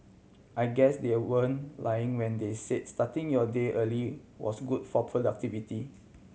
I guess they weren't lying when they say starting your day early was good for productivity